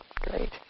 Great